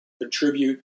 contribute